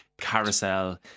Carousel